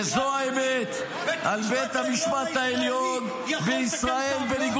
וזו האמת על בית המשפט העליון בישראל -- אמרתי לך,